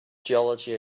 geology